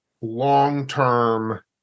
long-term